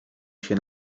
się